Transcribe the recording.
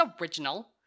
original